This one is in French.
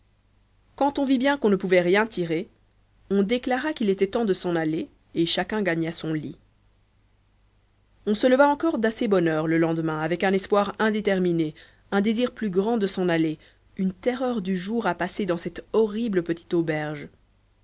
quand on vit bien qu'on n'en pouvait rien tirer on déclara qu'il était temps de s'en aller et chacun gagna son lit on se leva encore d'assez bonne heure le lendemain avez un espoir indéterminé un désir plus grand de s'en aller une terreur du jour à passer dans cette horrible petite auberge